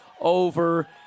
over